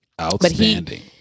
Outstanding